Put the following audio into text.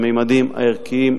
הממדים הערכיים,